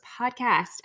podcast